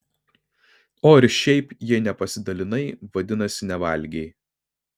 o ir šiaip jei nepasidalinai vadinasi nevalgei